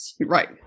Right